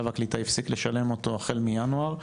והקליטה הפסיק לשלם אותו החל מינואר,